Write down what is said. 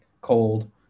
cold